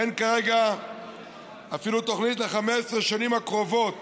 אין כרגע אפילו תוכנית ל-15 השנים הקרובות